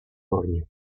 уровня